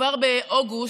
כבר באוגוסט,